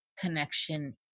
connection